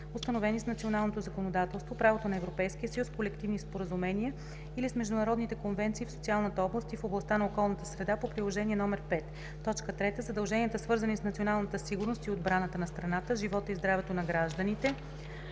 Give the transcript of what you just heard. установени с националното законодателство, правото на Европейския съюз, колективни споразумения или с международните конвенции в социалната област и в областта на околната среда по приложение № 5; 3. задълженията, свързани с националната сигурност и отбраната на страната, живота и здравето на гражданите,